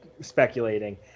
speculating